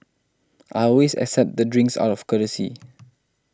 I always accept the drinks out of courtesy